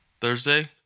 Thursday